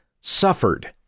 suffered